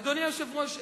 אדוני היושב-ראש,